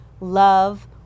love